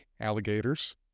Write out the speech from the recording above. alligators